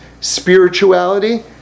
spirituality